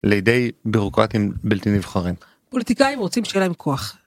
לידי בירוקרטים בלתי נבחרים. פוליטיקאים רוצים שיהיה להם כוח.